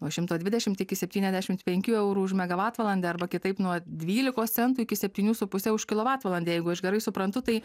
o nuo šimto dvidešimt iki septyniasdešimt penkių eurų už megavatvalandę arba kitaip nuo dvylikos centų iki septynių su puse už kilovatvalandę jeigu aš gerai suprantu tai